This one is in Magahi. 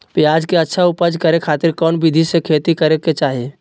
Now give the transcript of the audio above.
प्याज के अच्छा उपज करे खातिर कौन विधि से खेती करे के चाही?